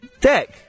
Deck